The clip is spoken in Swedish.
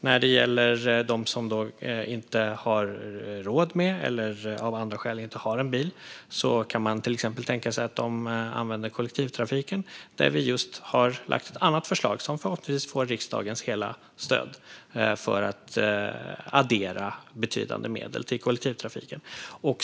När det gäller dem som inte har råd med eller av andra skäl inte har en bil kan man till exempel tänka sig att de använder kollektivtrafiken. Vi har just lagt fram ett annat förslag, som förhoppningsvis får riksdagens hela stöd, för att addera betydande medel till kollektivtrafiken.